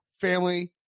family